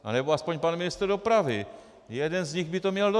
Anebo aspoň pan ministr dopravy, jeden z nich by to měl dostat.